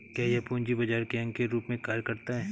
क्या यह पूंजी बाजार के अंग के रूप में कार्य करता है?